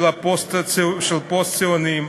של פוסט-ציונים,